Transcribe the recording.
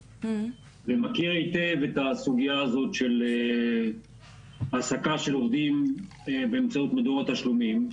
ומכיר היטב את הסוגיה הזאת של העסקה של עובדים באמצעות מדור התשלומים.